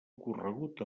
corregut